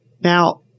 Now